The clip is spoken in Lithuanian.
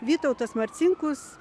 vytautas marcinkus